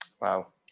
Wow